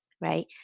right